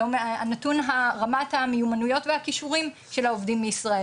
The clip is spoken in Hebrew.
זה נתון רמת המיומנויות והכישורים של העובדים בישראל.